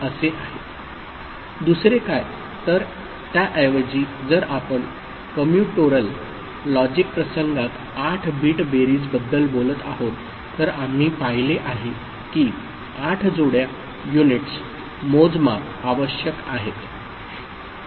दुसरे काय तर त्याऐवजी जर आपण कम्युटोरल लॉजिक प्रसंगात 8 बिट बेरीज बद्दल बोलत आहोत तर आम्ही पाहिले आहे की 8 जोड्या युनिट्स मोजमाप आवश्यक आहेत